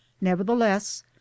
nevertheless